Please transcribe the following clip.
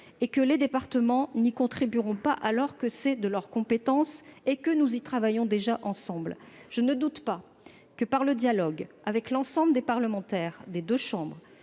et que les départements n'y contribueront pas, alors que c'est de leur compétence et que nous y travaillons déjà ensemble. Je suis persuadée que, par le dialogue avec l'ensemble des parlementaires des deux chambres,